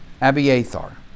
Abiathar